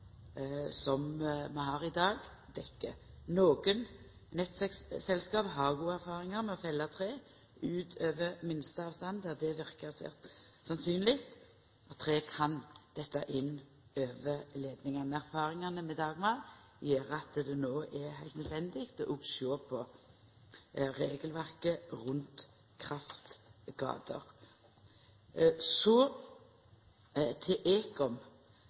som vi har i dag, dekkjer. Nokre nettselskap har gode erfaringar med å fella tre utover minsteavstanden der det verkar sannsynleg at tre kan detta over leidningane. Erfaringane med «Dagmar» gjer at det no er heilt nødvendig å sjå på regelverket rundt kraftgater. Så til